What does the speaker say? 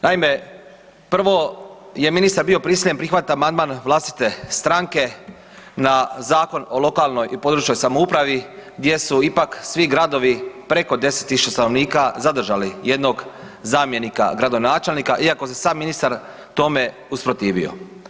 Naime, prvo je ministar bio prisiljen prihvatit amandman vlastite stranke na Zakon o lokalnoj i područnoj samoupravi gdje su ipak svi gradovi preko 10.000 stanovnika zadržali jednog zamjenika gradonačelnika iako se sam ministar tome usprotivio.